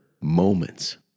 moments